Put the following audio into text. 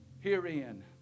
herein